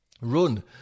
run